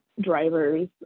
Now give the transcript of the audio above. drivers